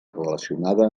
relacionada